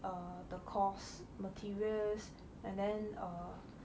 err the course materials and then err